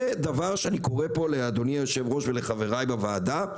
זה דבר שאני קורא פה לאדוני היושב-ראש ולחברי בוועדה,